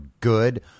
good